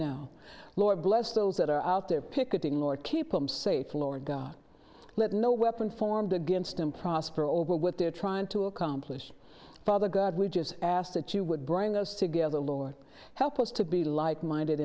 now lord bless those that are out there picketing lord keep them saith lord god let no weapon formed against them prosper over what they're trying to accomplish father god we just asked that you would bring us together lord help us to be like minded